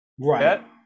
Right